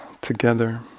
together